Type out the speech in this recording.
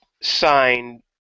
signed